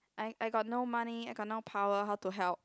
I I got no money I got no power how to help